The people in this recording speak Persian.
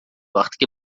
وقتی